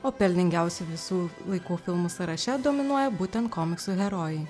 o pelningiausių visų laikų filmų sąraše dominuoja būtent komiksų herojai